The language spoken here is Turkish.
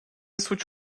suç